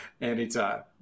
Anytime